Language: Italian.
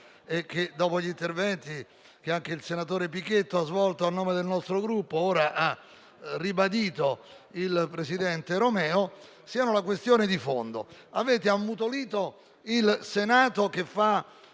anche dopo l'intervento che il senatore Pichetto Fratin ha svolto a nome del nostro Gruppo, ha ora ribadito il presidente Romeo, sia la questione di fondo: avete ammutolito il Senato, che farà